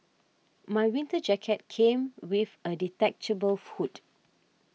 my winter jacket came with a detachable hood